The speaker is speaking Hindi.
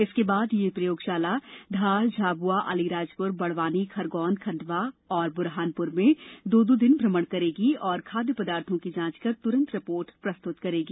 इसके बाद यह प्रयोगषाला धार झाबुआ अलीराजपुर बड़वानी खरगोन खण्डवा और बुरहानपुर में दो दो दिन भ्रमण करेगी और खाद्य पदार्थों की जांच कर तुरंत रिपोर्ट प्रस्तुत करेगी